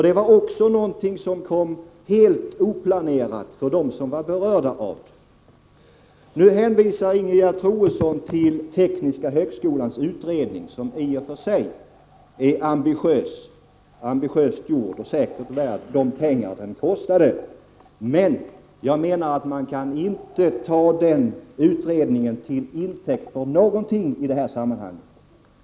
Det var också någonting som kom helt utanför planerna för dem som var berörda av det. På den här punkten hänvisar Ingegerd Troedsson till Tekniska högskolans utredning, som i och för sig är ambitiöst gjord och säkert värd de pengar den kostade, men enligt min mening kan man inte ta denna utredning till intäkt för någonting i det här sammanhanget.